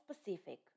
specific